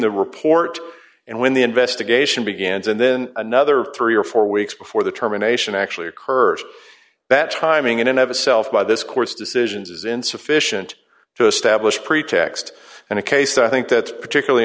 the report and when the investigation begins and then another three or four weeks before the terminations actually occurs that timing and have a self by this court's decisions is insufficient to establish pretext and a case i think that's particularly